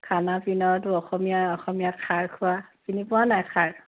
খানা পিনাতো অসমীয়া অসমীয়া খাৰখোৱা চিনি পোৱা নাই খাৰ